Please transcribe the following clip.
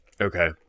okay